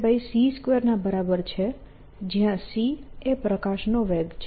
આ Sc2 ના બરાબર છે જ્યાં c એ પ્રકાશનો વેગ છે